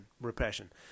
repression